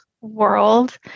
world